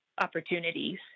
Opportunities